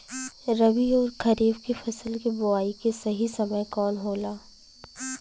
रबी अउर खरीफ के फसल के बोआई के सही समय कवन होला?